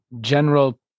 General